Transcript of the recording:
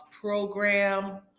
program